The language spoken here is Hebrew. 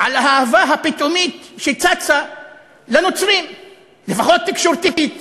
על האהבה הפתאומית לנוצרים שצצה, לפחות תקשורתית,